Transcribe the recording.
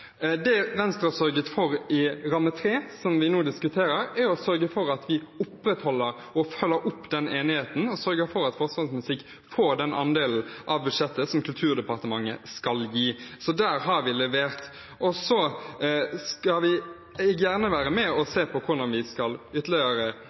Det Venstre sørget for i Ramme 3, som vi nå diskuterer, var å opprettholde og følge opp den enigheten og at Forsvarets musikk får den andelen av budsjettet som Kulturdepartementet skal gi. Så der har vi levert. Vi skal gjerne være med